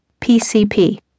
PCP